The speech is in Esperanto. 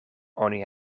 oni